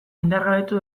indargabetu